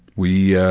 we ah,